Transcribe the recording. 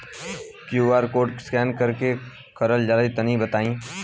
QR code scan कैसे क़रल जला तनि बताई?